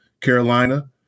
Carolina